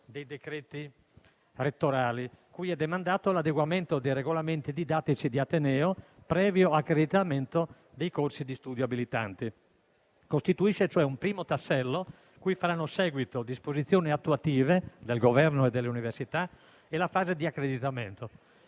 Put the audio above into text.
dei decreti rettorali, cui è demandato l'adeguamento dei regolamenti didattici di ateneo, previo accreditamento dei corsi di studio abilitanti. Costituisce un primo tassello cui faranno seguito disposizioni attuative del Governo e delle università e la fase di accreditamento.